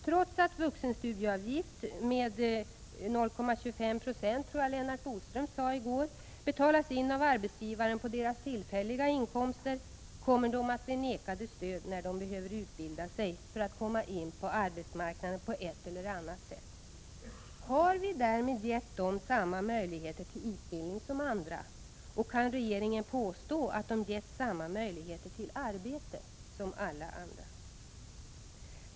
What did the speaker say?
Trots att vuxenstudieavgift — med 0,25 96, tror jag Lennart Bodström sade i går — betalas in av arbetsgivaren på deras tillfälliga inkomster, kommer de att bli vägrade stöd när de behöver utbilda sig för att komma in på arbetsmarknaden på ett eller annat sätt. Har vi därmed gett dem samma möjligheter till utbildning som andra? Kan regeringen påstå att de har getts samma möjligheter till arbete som alla andra?